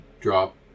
drop